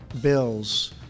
bills